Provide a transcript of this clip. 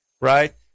Right